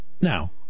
Now